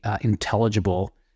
intelligible